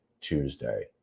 Tuesday